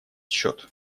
счет